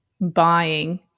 buying